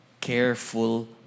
careful